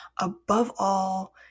above-all